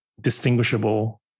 distinguishable